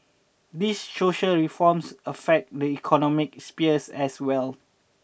these social reforms affect the economic sphere as well